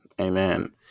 Amen